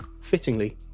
Fittingly